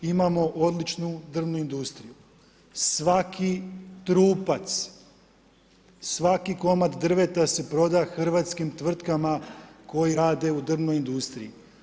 Imao odličnu drvnu industriju, svaki trupac, svaki komad drveta se proda hrvatskim tvrtkama koji rade u drvnoj industriji.